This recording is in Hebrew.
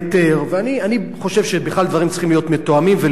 ואני בכלל חושב שדברים צריכים להיות מתואמים ולפי היתר,